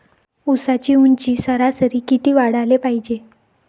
ऊसाची ऊंची सरासरी किती वाढाले पायजे?